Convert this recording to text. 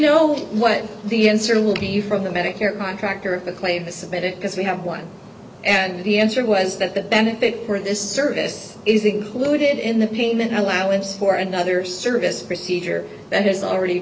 know what the answer will be from the medicare contract or if a claim to submit it because we have one and the answer was that the benefit for this service is included in the payment allowance for another service procedure that has already